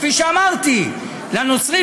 כפי שאמרתי: לנוצרים,